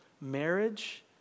marriage